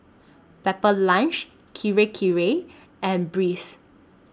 Pepper Lunch Kirei Kirei and Breeze